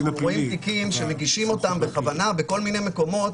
אנחנו רואים תיקים שמגישים בכוונה בכל מיני מקומות